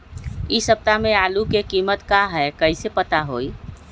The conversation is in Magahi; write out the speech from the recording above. इ सप्ताह में आलू के कीमत का है कईसे पता होई?